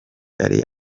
ari